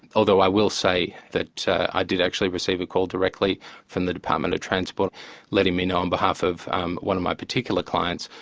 although i will say that i did actually receive a call directly from the department of transport letting me know on behalf of um one of my particular clients,